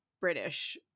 british